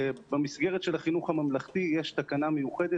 במסגרת של החינוך הממלכתי יש תקנה מיוחדת